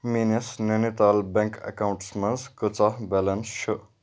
میٲنِس نیٚنِتال بیٚنٛک اٮ۪کاوُنٹَس منٛز کۭژاہ بیٚلنٕس چھِ